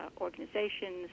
organizations